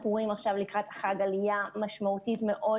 אנחנו רואים עכשיו לקראת החג עלייה משמעותית מאוד